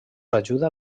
ajuda